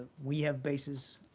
we have bases